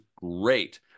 great